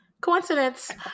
Coincidence